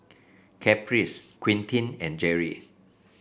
Caprice Quentin and Jerry